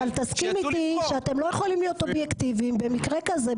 אבל תסכים איתי שאתם לא יכולים להיות אובייקטיביים במקרה כזה,